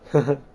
呵呵